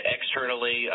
Externally